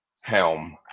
helm